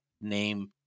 name